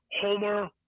Homer